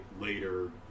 later